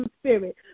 spirit